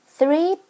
Three